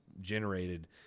generated